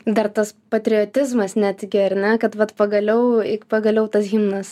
dar tas patriotizmas netgi ar ne kad vat pagaliau pagaliau tas himnas